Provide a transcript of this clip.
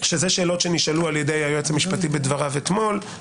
שאלות שנשאלו על ידי היועץ המשפטי לוועדה בדבריו אתמול.